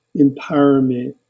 empowerment